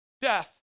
death